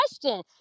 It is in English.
question